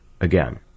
again